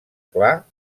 clar